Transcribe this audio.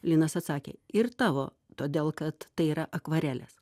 linas atsakė ir tavo todėl kad tai yra akvarelės